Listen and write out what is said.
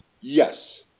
Yes